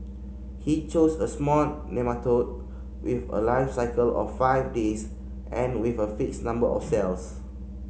he chose a small nematode with a life cycle of five days and with a fixed number of cells